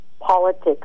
politics